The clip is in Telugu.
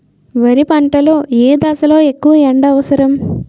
వరి పంట లో ఏ దశ లొ ఎక్కువ ఎండా అవసరం?